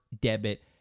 debit